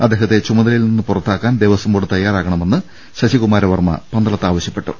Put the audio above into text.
അദ്ദേഹത്തെ ചുമതലയിൽ നിന്ന് പുറത്താക്കാൻ ദേവസംബോർഡ് തയ്യാറാകണമെന്ന് ശശികുമാര വർമ്മ പന്തളത്ത് ആവശ്യപ്പെട്ടു